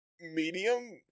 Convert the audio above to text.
medium